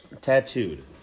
tattooed